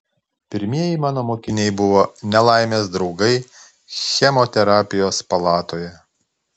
pirmieji mano mokiniai buvo nelaimės draugai chemoterapijos palatoje